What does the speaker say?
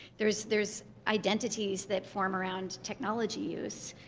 there's there's identities that form around technology use.